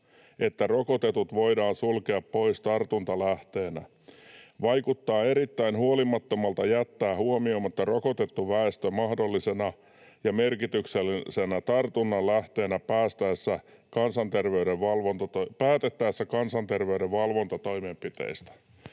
että rokotetut voidaan sulkea pois tartuntalähteenä. Vaikuttaa erittäin huolimattomalta jättää huomioimatta rokotettu väestö mahdollisena ja merkityksellisenä tartunnanlähteenä päätettäessä kansanterveyden valvontatoimenpiteistä.”